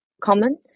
common